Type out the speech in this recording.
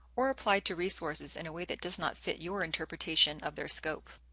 or apply to resources in a way that does not fit your interpretation of their scope.